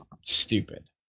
stupid